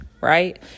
right